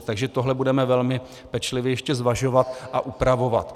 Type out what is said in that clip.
Takže tohle budeme velmi pečlivě ještě zvažovat a upravovat.